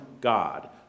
God